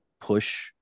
push